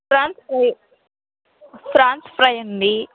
prawns fry prawns fry ఉంది